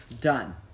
done